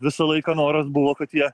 visą laiką noras buvo kad jie